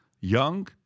Young